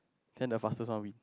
then the fastest one we